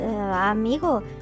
amigo